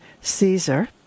Caesar